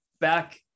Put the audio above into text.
back